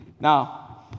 Now